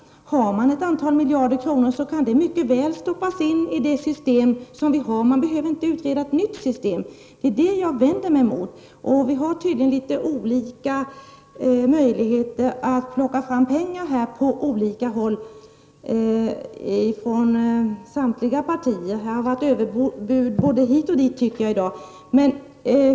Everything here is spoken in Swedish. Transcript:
Har man ett antal miljarder kronor kan de mycket väl stoppas in i det system som vi har. Man behöver inte utreda ett nytt system. Det är en sådan utredning jag vänder mig emot. Samtliga partier har tydligen litet olika möjligheter att plocka fram pengar på olika håll. Jag tycker att det i dag har förekommit överbud både här och där.